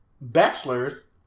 bachelors